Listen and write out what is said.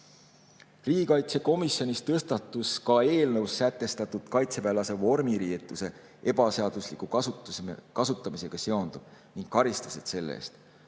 Riigikaitsekomisjonis tõstatus ka eelnõus sätestatud kaitseväelase vormiriietuse ebaseadusliku kasutamisega seonduv ning karistused selle eest.